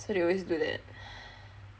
so they always do that